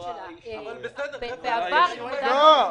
שלה --- ובכל זאת הבאתם את זה לאישור?